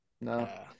no